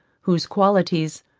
whose qualities,